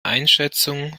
einschätzung